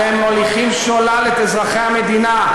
אתם מוליכים שולל את אזרחי המדינה.